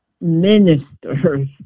ministers